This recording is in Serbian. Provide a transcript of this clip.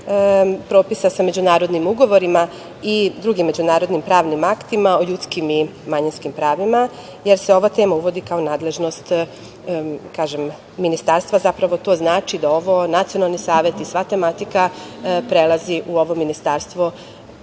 propisa sa međunarodnim ugovorima i drugim međunarodnim pravnim aktima o ljudskim i manjinskim pravima, jer se ova tema uvodi kao nadležnost ministarstva, zapravo to znači da nacionalni saveti i sva tematika prelazi u ovo ministarstvo,